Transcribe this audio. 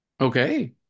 Okay